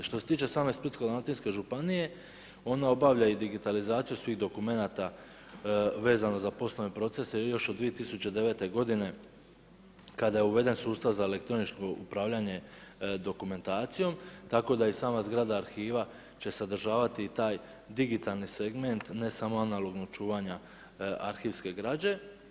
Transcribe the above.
Što se tiče same Splitsko-dalmatinske županije, ona obavlja i digitalizaciju svih dokumenata vezano za poslovne procese još od 2009. g. kada je uveden sustav za elektroničko upravljanje dokumentacijom, tako da i sama zgrada arhiva će sadržavati i taj digitalni segment ne samo analognog čuvanja arhivske građe.